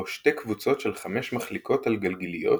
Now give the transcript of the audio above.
בו שתי קבוצות של חמש מחליקות על גלגיליות